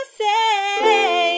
say